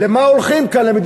למה הולכים כאן?